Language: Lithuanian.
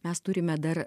mes turime dar